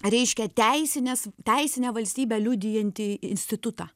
reiškia teisinės teisinę valstybę liudijantį institutą